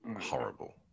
horrible